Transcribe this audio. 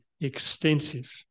extensive